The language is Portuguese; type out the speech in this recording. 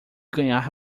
ganhar